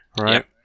right